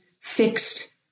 fixed